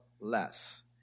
less